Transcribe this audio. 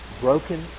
broken